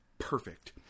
Perfect